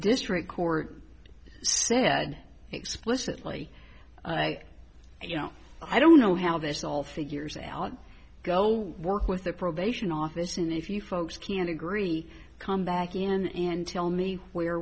district court said explicitly you know i don't know how this all figures out go work with the probation office and if you folks can't agree come back in and tell me where